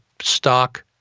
stock